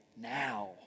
now